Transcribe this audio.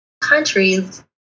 countries